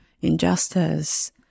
injustice